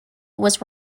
was